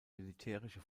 militärische